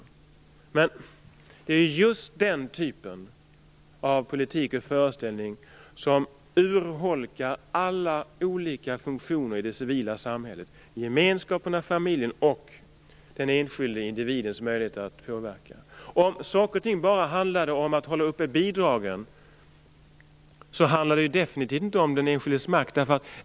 Men det är just den typen av politisk föreställning som urholkar alla olika funktioner i det civila samhället, gemenskapen med familjen och den enskilde individens möjligheter att påverka. Om saker och ting bara handlar om att hålla uppe bidragen, handlar det definitivt inte om den enskildes makt.